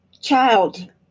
Child